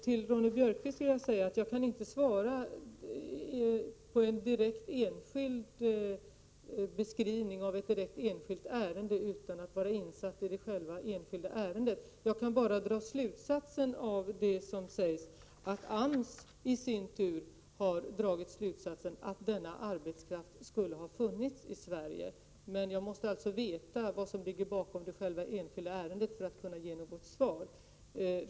Till Ingrid Ronne-Björkqvist vill jag säga att jag inte kan svara på en beskrivning av ett enskilt ärende utan att vara insatt i det. Jag kan bara dra den slutsatsen av det som sägs att AMS i sin tur har dragit slutsatsen att denna arbetskraft skulle ha funnits i Sverige. Jag måste alltså veta vad som ligger bakom själva det enskilda ärendet för att kunna ge något direkt svar.